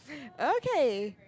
okay